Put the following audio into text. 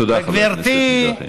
תודה, אדוני.